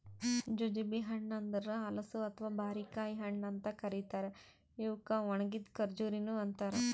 jujube ಹಣ್ಣ ಅಂದುರ್ ಹಲಸು ಅಥವಾ ಬಾರಿಕಾಯಿ ಹಣ್ಣ ಅಂತ್ ಕರಿತಾರ್ ಇವುಕ್ ಒಣಗಿದ್ ಖಜುರಿನು ಅಂತಾರ